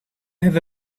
have